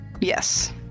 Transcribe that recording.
Yes